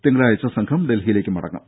തിങ്കളാഴ്ച സംഘം ഡൽഹിയിലേക്ക് മടങ്ങും